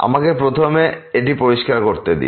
আমাকে প্রথমে এটি পরিষ্কার করতে দিন